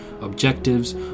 objectives